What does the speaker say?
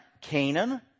Canaan